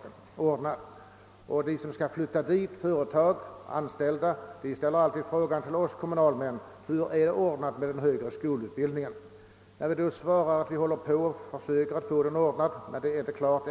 De företag och anställda som funderar på att flytta till Simrishamn ställer alltid frågan till oss kommunalmän: Hur är det ordnat med den högre skolutbildningen? När vi då svarar att vi håller på att försöka få den ordnad men att det ännu inte är klart